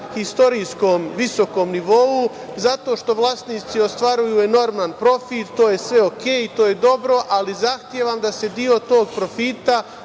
istorijski visokom nivou, zato što vlasnici ostvaruju enorman profit, to je sve okej i to je dobro, ali zahtevam da se deo tog profita,